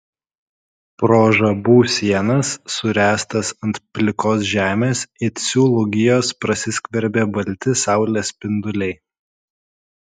pro žabų sienas suręstas ant plikos žemės it siūlų gijos prasiskverbė balti saulės spinduliai